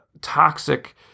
toxic